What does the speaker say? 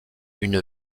une